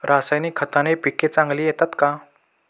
रासायनिक खताने पिके चांगली येतात का?